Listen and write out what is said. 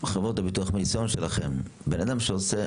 חברות הביטוח, מניסיון שלכם, בן אדם שעושה